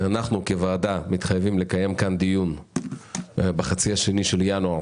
אנחנו כוועדה מתחייבים לקיים כאן דיון בחצי השני של ינואר